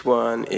one